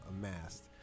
amassed